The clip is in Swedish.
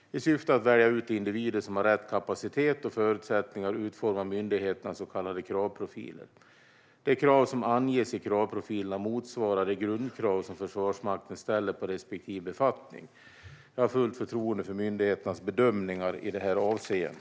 I syfte att välja ut de individer som har rätt kapacitet och förutsättningar utformar myndigheterna så kallade kravprofiler. De krav som anges i kravprofilerna motsvarar de grundkrav som Försvarsmakten ställer på respektive befattning. Jag har fullt förtroende för myndigheternas bedömningar i detta avseende.